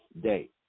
day